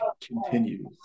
continues